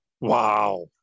Wow